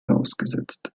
ausgesetzt